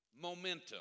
momentum